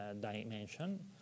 dimension